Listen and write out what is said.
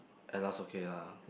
at last okay lah